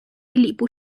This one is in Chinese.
礼部